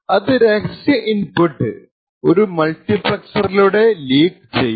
അത് രഹസ്യ ഇൻപുട്ട് ഒരു മൾട്ടിപ്ളെക്സി റിലൂടെ ലീക്ക് ചെയ്യും